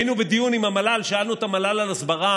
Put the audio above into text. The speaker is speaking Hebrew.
היינו בדיון עם המל"ל, שאלנו את המל"ל על הסברה.